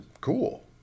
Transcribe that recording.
cool